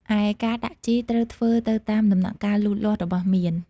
ឯការដាក់ជីត្រូវធ្វើទៅតាមដំណាក់កាលលូតលាស់របស់មៀន។